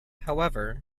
however